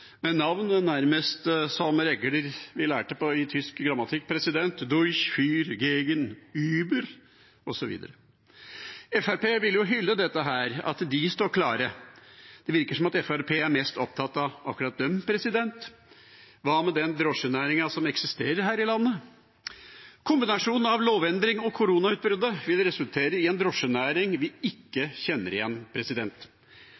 nærmest som regler vi lærte i tysk grammatikk: durch, für, gegen, über osv. Fremskrittspartiet vil hylle at disse står klare. Det virker som at Fremskrittspartiet er mest opptatt av akkurat dem. Hva med den drosjenæringen som eksisterer her i landet? Kombinasjonen av lovendring og koronautbruddet vil resultere i en drosjenæring vi